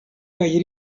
kaj